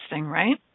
right